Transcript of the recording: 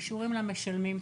אישורים למשלמים,